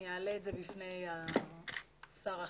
אני אעלה את זה בפני שר החינוך.